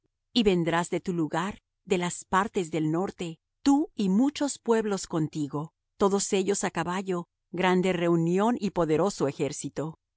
y vendrás de tu lugar de las partes del norte tú y muchos pueblos contigo todos ellos á caballo grande reunión y poderoso ejército